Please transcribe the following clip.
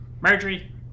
Marjorie